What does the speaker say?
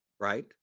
Right